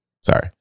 Sorry